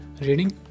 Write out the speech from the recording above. reading